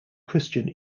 christian